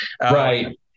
Right